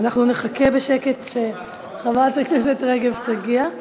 אנחנו נחכה בשקט שחברת הכנסת רגב תגיע.